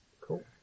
Cool